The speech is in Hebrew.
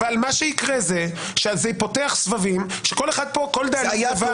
מה שיקרה שזה פותח סבבים, שכל דאלים גבר.